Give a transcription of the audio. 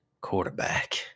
quarterback